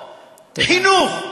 חינוך,